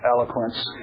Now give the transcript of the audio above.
eloquence